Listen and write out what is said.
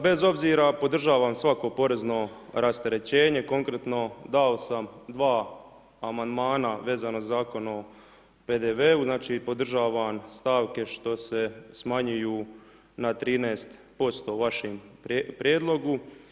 Bez obzira podržavam svako porezno rasterećenje, konkretno dao sam 2 amandmana vezano uz Zakon o PDV-u Znači, podržavam stavke što se smanjuju na 13% vašim prijedlogu.